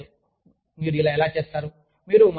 నాకు తెలియదు మీరు ఇలా ఎలా చేస్తారు